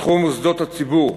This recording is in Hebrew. בתחום מוסדות הציבור,